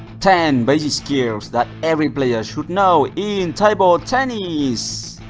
ten basic skills that every player should know in table tennis.